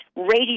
radio